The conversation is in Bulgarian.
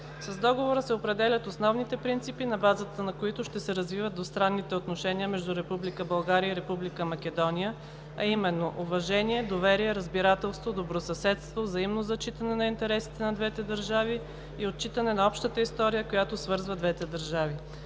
С договора се определят основните принципи, на базата на които ще се развиват двустранните отношения между Република България и Република Македония, а именно: уважение, доверие, разбирателство, добросъседство, взаимно зачитане на интересите на двете държави и отчитане на общата история, която свързва двете държави.